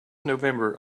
november